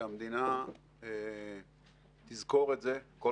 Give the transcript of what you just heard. שהמדינה תזכור לו את זה כל